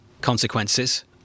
consequences